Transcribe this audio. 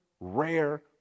rare